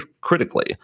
critically